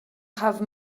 have